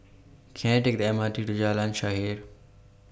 Can I Take The M R T to Jalan Shaer